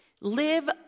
Live